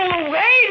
away